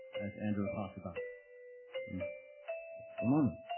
as andrew will talk about in just a moment.